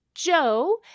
Joe